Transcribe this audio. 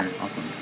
awesome